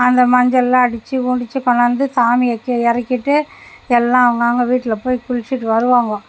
அந்த மஞ்சளெலாம் அடித்து முடித்து கொண்டாந்து சாமியை கீழே இறக்கிட்டு எல்லாம் அவங்க அவங்க வீட்டில் போய் குளிச்சுட்டு வருவாங்கோ